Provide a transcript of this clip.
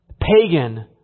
pagan